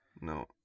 No